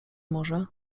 może